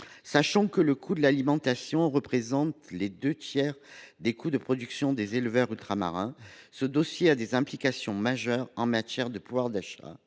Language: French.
Sachant que le coût de l’alimentation représente les deux tiers des coûts de production des éleveurs ultramarins, ce dossier a des implications majeures en matière de pouvoir d’achat